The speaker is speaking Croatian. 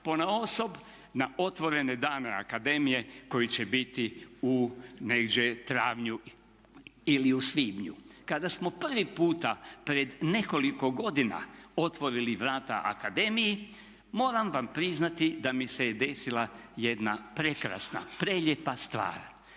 ponaosob na otvorene dane akademije koji će biti u negdje travnju ili u svibnju. Kada smo prvi puta pred nekoliko godina otvorili vrata akademiji moram vam priznati da mi se desila jedna prekrasna, prelijepa stvar.